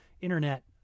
internet